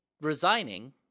resigning